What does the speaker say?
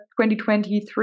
2023